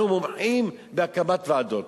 אנחנו מומחים בהקמת ועדות.